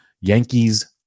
Yankees